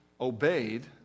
obeyed